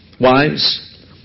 Wives